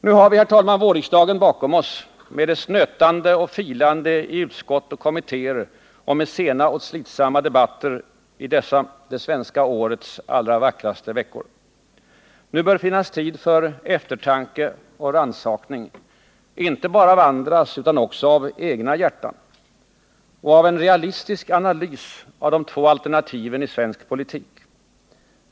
Nu har vi vårriksdagen bakom oss med dess nötahde och filande i utskott och kommittéer och med sena och slitsamma debatter i dessa det svenska årets allra vackraste veckor. Nu bör det finnas tid för eltertanke och rannsakning, inte bara av andras utan också av egna hjärtan och för en realistisk analys av de två alternativen i svensk politik.